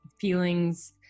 feelings